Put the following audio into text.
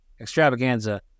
Extravaganza